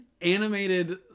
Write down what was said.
animated